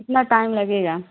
कितना टाइम लगेगा